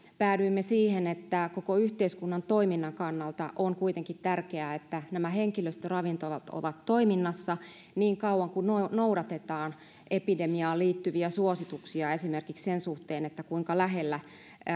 päädyimme siihen että koko yhteiskunnan toiminnan kannalta on kuitenkin tärkeää että henkilöstöravintolat ovat toiminnassa niin kauan kuin noudatetaan epidemiaan liittyviä suosituksia esimerkiksi sen suhteen kuinka lähellä